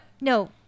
no